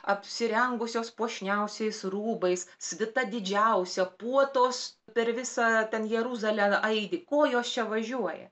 apsirengusios puošniausiais rūbais svita didžiausia puotos per visą ten jeruzalę aidi ko jos čia važiuoja